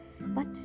But